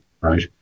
right